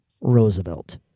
Roosevelt